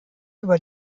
über